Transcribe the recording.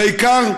והעיקר,